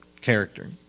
character